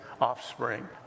offspring